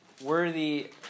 worthy